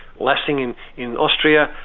lassing in in austria,